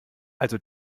also